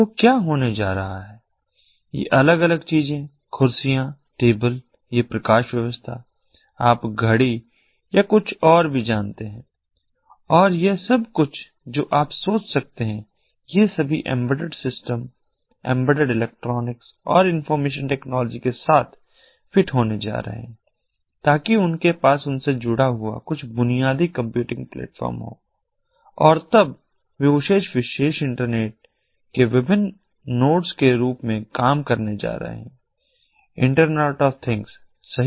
तो क्या होने जा रहा है ये अलग अलग चीजें कुर्सियां टेबल ये प्रकाश व्यवस्था आप घड़ी या कुछ भी जानते हैं और सब कुछ जो आप सोच सकते हैं ये सभी एम्बेडेड सिस्टम एम्बेडेड इलेक्ट्रॉनिक्स और इन्फॉर्मेशन टेक्नोलॉजी के साथ फिट होने जा रहे हैं ताकि उनके पास उनसे जुड़ा हुआ कुछ बुनियादी कंप्यूटिंग प्लेटफ़ॉर्म हो और तब वे उस विशेष इंटरनेट के विभिन्न नोड्स के रूप में काम करने जा रहे हैं इंटरनेट ऑफ थिंग्स सही